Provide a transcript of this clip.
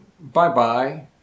bye-bye